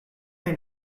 they